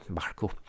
Marco